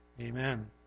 Amen